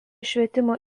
švietimo